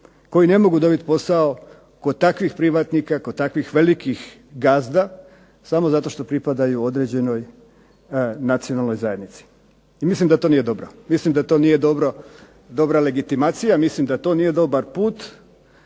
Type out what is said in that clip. koji ne mogu dobiti posao kod takvih privatnika, kod takvih velikih gazda samo zato što pripadaju određenoj nacionalnoj zajednici. I mislim da to nije dobro. Mislim da to nije dobra legitimacija, mislim da to nije dobar put,